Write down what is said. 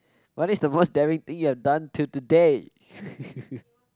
what is the most daring thing you have done till today